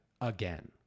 again